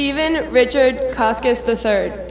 steven richard the third